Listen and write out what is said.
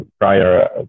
prior